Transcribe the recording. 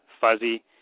fuzzy